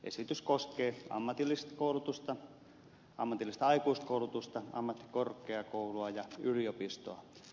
esitys koskee ammatillista koulutusta ammatillista aikuiskoulutusta ammattikorkeakoulua ja yliopistoa